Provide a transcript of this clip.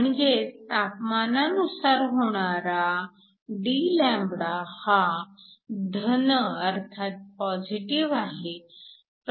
म्हणजेच तापमानानुसार होणारा dλ हा धन अर्थात पॉजिटीव्ह आहे